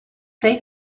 they